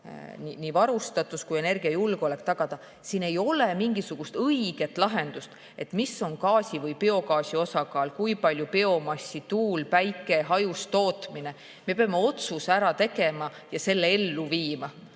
varustatus kui ka energiajulgeolek, siin ei ole mingisugust õiget lahendust, mis on gaasi või biogaasi osakaal, kui palju biomassi, tuult, päikest, hajusat tootmist. Me peame otsuse ära tegema ja selle ellu viima.